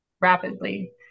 rapidly